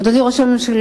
אדוני ראש הממשלה,